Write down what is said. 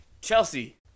Chelsea